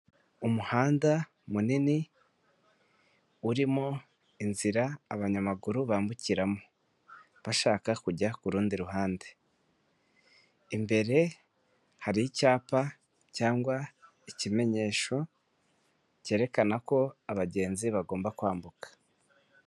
Umuhanda munini urimo inzira abanyamaguru bambukiramo, bashaka kujya kurundi ruhande imbere hari icyapa cyangwa ikimenyesho cyerekana ko abagenzi bagomba kwambuka.